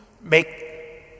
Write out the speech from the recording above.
make